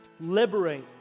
liberate